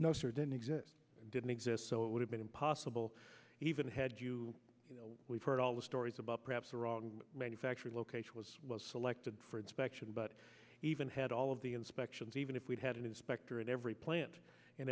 no sir didn't exist didn't exist so it would have been impossible even had you you know we've heard all the stories about perhaps around manufacturing location was selected for inspection but even had all of the inspections even if we had an inspector in every plant in